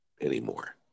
anymore